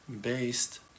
based